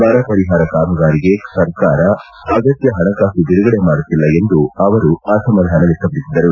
ಬರ ಪರಿಹಾರ ಕಾಮಗಾರಿಗೆ ಸರ್ಕಾರ ಅಗತ್ಯ ಹಣಕಾಸು ಬಿಡುಗಡೆ ಮಾಡುತ್ತಿಲ್ಲ ಎಂದು ಅವರು ಅಸಮಾಧಾನ ವ್ಯಕ್ತಪಡಿಸಿದರು